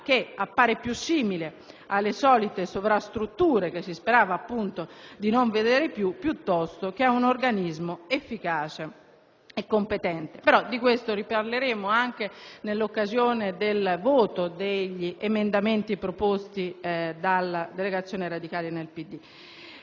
che appare più simile alle solite sovrastrutture che si sperava di non vedere più piuttosto che ad un organismo efficace e competente. Però, di questo riparleremo anche in occasione del voto degli emendamenti proposti dalla delegazione radicale nel